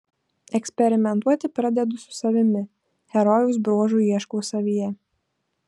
eksperimentuoti pradedu su savimi herojaus bruožų ieškau savyje